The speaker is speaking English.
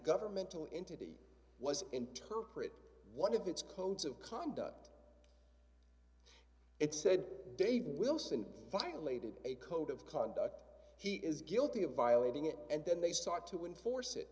governmental entity was interpret one of its codes of conduct it said david wilson violated a code of conduct he is guilty of violating it and then they start to enforce it